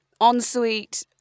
Ensuite